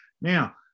Now